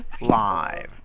live